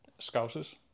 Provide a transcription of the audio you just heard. scouses